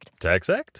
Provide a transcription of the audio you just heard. TaxAct